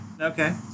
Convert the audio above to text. Okay